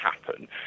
happen